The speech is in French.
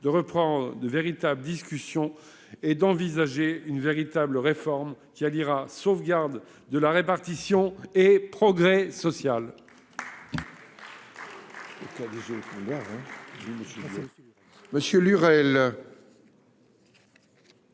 de reprendre de véritables discussions et d'envisager une véritable réforme qui alliera sauvegarde de la répartition et progrès social.